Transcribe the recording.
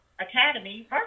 academy